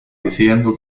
diciendo